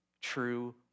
true